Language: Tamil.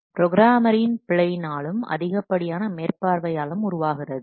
ப்ரோக்ராமரின் பிழையினாலும் அதிகப்படியான மேற்பார்வையாலும் உருவாகிறது